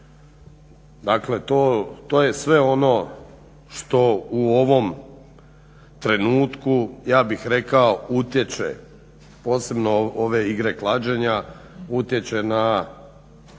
Dakle to je sve ono što u ovom trenutku ja bih rekao utječe, posebno ove igre klađenja, utječe na